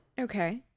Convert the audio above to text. okay